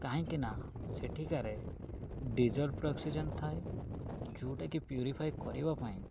କାହିଁକି ନା ସେଠିକାରେ ଅକ୍ସିଜେନ୍ ଥାଏ ଯୋଉଟାକି ପ୍ୟୁରିଫାଏ କରିବା ପାଇଁ